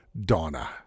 Donna